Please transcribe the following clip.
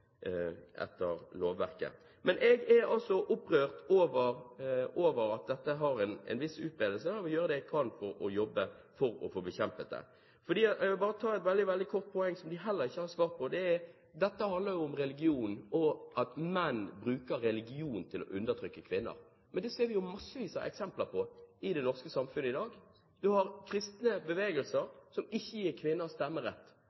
etter lovverket. Jeg er altså opprørt over at dette har en viss utbredelse, og vil gjøre det jeg kan for å bekjempe det. Jeg vil bare ta et annet lite poeng, som de heller ikke har svart på. Dette handler om religion, og om at menn bruker religion for å undertrykke kvinner. Men det ser vi jo massevis av eksempler på i det norske samfunnet i dag. Man har kristne bevegelser som ikke gir kvinner stemmerett.